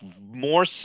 more